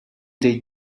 they